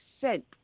sent